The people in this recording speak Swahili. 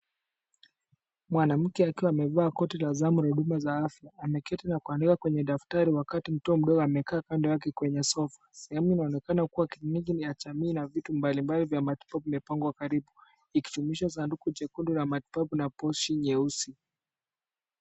Mwanamke akiwa amevaa koti la zamu za huduma za afya, ameketi na kuandika kwenye daftari wakati mtoto mdogo amekaa kando yake kwenye sofa. Sehemu inaonekana kuwa kliniki ya jamii na vitu mbalimbali vya matibabu vimepangwa karibu, ikijumuisha sanduku chekundu la matibabu na pochi nyeusi.